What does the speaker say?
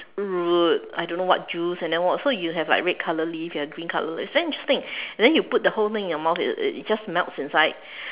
~root I don't know what juice and then what so you have like red color leaf you have green color leaves very interesting and then you put the whole thing in your mouth it it just melts inside